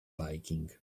biking